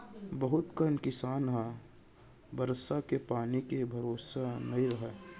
बहुत कन किसान ह बरसा के पानी के भरोसा नइ रहय